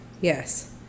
Yes